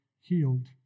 healed